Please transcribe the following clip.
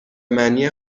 معنی